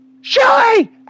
Shelly